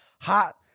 hot